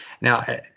now